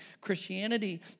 Christianity